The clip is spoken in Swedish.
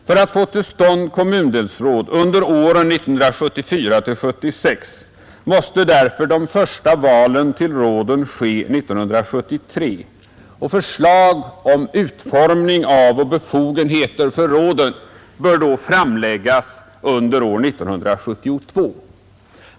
För att få till stånd kommundelsråd under åren 1974 1976 måste därför de första valen till råden ske 1973, och förslag om utformning av och befogenheter för råden bör då framläggas under år 1972.